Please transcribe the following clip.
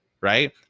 Right